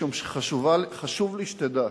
משום שחשוב לי שתדע.